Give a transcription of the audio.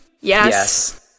Yes